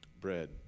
bread